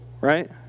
right